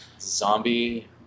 Zombie